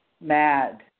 mad